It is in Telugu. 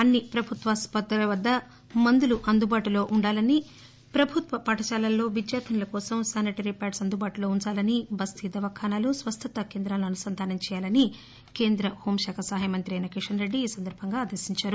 అన్ని ప్రభుత్వ ఆసుపత్రుల వద్ద మందులు అందుబాటులో వుండాలని ప్రభుత్వ పాఠశాలల్లో విద్యార్థినిలకోసం శానిటైజరీ ప్యాట్స్ అందుబాటులో వుంచాలనిబస్తీ దావఖానాలు స్పస్థత కేంద్రాలను అనుసంధానం చేయాలని కేంద్ర హోంశాఖ సహాయ మంత్రి కిషన్ రెడ్గి ఆదేశించారు